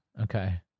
Okay